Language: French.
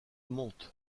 montent